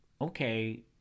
okay